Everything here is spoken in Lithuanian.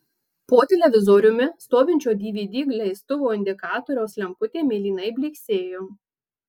po televizoriumi stovinčio dvd leistuvo indikatoriaus lemputė mėlynai blyksėjo